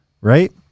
right